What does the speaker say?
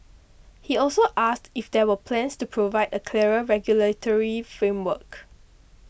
he also asked if there were plans to provide a clearer regulatory framework